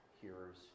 hearers